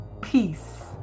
peace